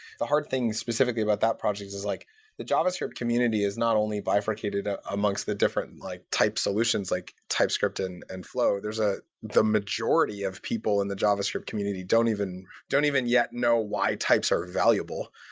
the hard thing, specifically, about that project is like the javascript community is not only bifurcated ah amongst the different like type solutions, like typescript and and flow, there's ah the majority of people in the javascript community don't even don't even yet know why types are valuable.